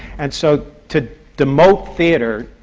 and so, to demote theatre,